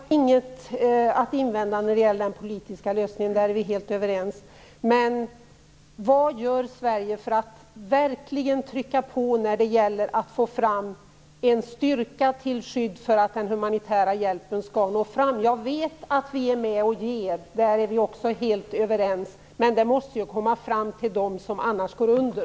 Fru talman! Jag har inget att invända när det gäller den politiska lösningen - där är vi helt överens. Men vad gör Sverige när det gäller att verkligen trycka på för att få fram en styrka till skydd, så att den humanitära hjälpen når fram? Jag vet att vi är med och ger - där är vi också helt överens - men hjälpen måste ju komma fram till dem som annars går under.